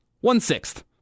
One-sixth